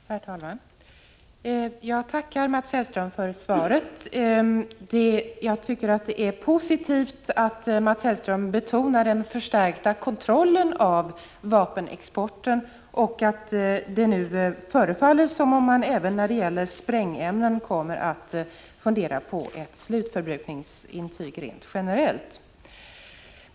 Herr talman! Jag tackar Mats Hellström för svaret. Jag tycker det är positivt att Mats Hellström betonar den förstärkta kontrollen av vapenexporten och att det nu verkar som om man även när det gäller sprängämnen kommer att fundera på ett slutförbrukningsintyg rent generellt.